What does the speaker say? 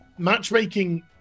Matchmaking